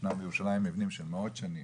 ישנם בירושלים מבנים של מאות שנים.